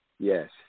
Yes